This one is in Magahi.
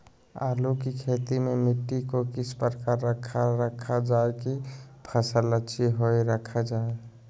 आलू की खेती में मिट्टी को किस प्रकार रखा रखा जाए की फसल अच्छी होई रखा जाए?